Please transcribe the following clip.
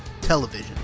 television